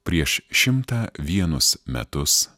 prieš šimtą vienus metus